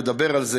לדבר על זה.